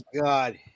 god